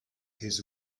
his